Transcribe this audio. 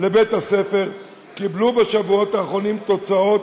לבית-הספר, קיבלו בשבועות האחרונים תוצאות